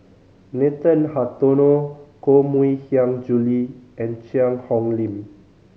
Nathan Hartono Koh Mui Hiang Julie and Cheang Hong Lim